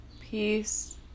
peace